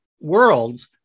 worlds